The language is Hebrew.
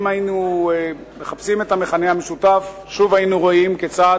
אם היינו מחפשים את המכנה המשותף שוב היינו רואים כיצד